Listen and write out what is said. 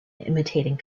imitating